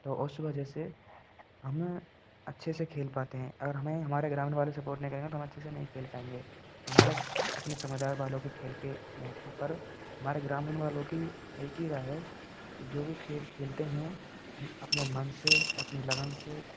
तो उस वजह से हम अच्छे से खेल पाते हैं अगर हमें हमारे ग्रामीण वाले सपोट नहीं करेंगे तो हम अच्छे से नहीं खेल पाएंगे हमारा अपने समादार वालों के खेल के महत्व पर हमारे ग्रामीण वालों की एक ही राय है की जो भी खेल खेलते हैं हम अपने मन से अपने लगन से